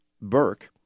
Burke